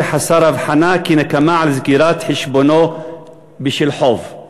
חסר הבחנה כנקמה על סגירת חשבונו בשל חוב.